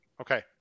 Okay